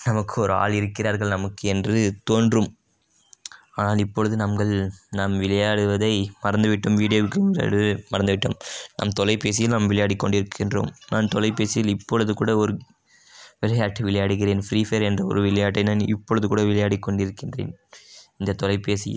நமக்கு ஓர் ஆள் இருக்கிறார்கள் நமக்கு என்று தோன்றும் ஆனால் இப்பொழுது நாங்கள் நாம் விளையாடுவதை மறந்துவிட்டோம் வீடியோ கேம் மறந்துவிட்டோம் நம் தொலைபேசியில் நம் விளையாடி கொண்டிருக்கின்றோம் நான் தொலைபேசியில் இப்பொழுது கூட ஓர் விளையாட்டை விளையாடுகிறேன் ஃப்ரீ பையர் என்ற ஒரு விளையாட்டை நான் இப்பொழுது கூட விளையாடி கொண்டிருக்கிறேன் இந்த தொலைபேசி